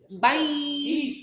Bye